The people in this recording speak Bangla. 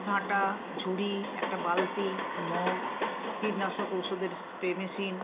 ঝাঁটা ঝুড়ি একটা বালতি মগ কীটনাশক ঔষুধের স্প্রে মেশিন